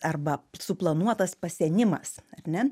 arba suplanuotas pasenimas ar ne